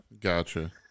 Gotcha